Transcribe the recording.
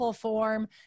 form